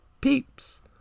peeps